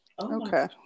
Okay